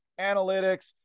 analytics